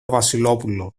βασιλόπουλο